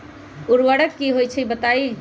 उर्वरक की होई छई बताई?